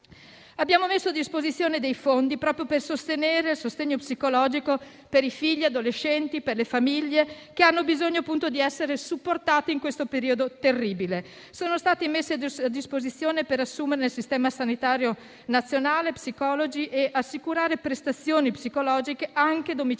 Abbiamo messo a disposizione dei fondi per finanziare il sostegno psicologico per i figli, gli adolescenti e le famiglie, che hanno bisogno di essere supportati in questo periodo terribile. Sono stati messi a disposizione dei fondi per assumere psicologi nel sistema sanitario nazionale, per assicurare prestazioni psicologiche, anche domiciliari,